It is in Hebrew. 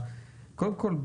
קודם כל,